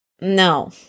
No